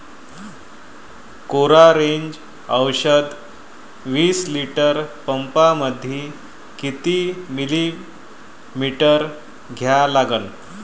Coragen औषध विस litre पंपामंदी किती मिलीमिटर घ्या लागन?